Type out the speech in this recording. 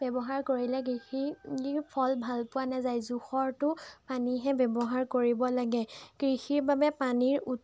ব্যৱহাৰ কৰিলে কৃষিৰ ফল ভাল পোৱা নাযায় জোখৰটো পানীহে ব্যৱহাৰ কৰিব লাগে কৃষিৰ বাবে পানীৰ